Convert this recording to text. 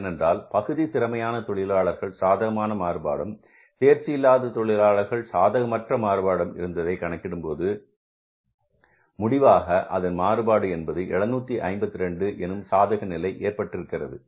ஏனென்றால் பகுதி திறமையான தொழிலாளர்கள் சாதகமான மாறுபாடும் தேர்ச்சி இல்லாத தொழிலாளர்கள் சாதகமற்ற மாறுபாடும் இருந்ததை கணக்கிடும்போது முடிவாக அதன் மாறுபாடு என்பது 752 என்னும் சாதக நிலை ஏற்பட்டிருக்கிறது